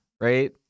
right